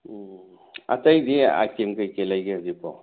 ꯎꯝ ꯑꯇꯩꯗꯤ ꯑꯥꯏꯇꯦꯝ ꯀꯔꯤ ꯀꯔꯤ ꯂꯩꯒꯦ ꯍꯧꯖꯤꯛꯄꯣ